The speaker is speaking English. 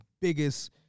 biggest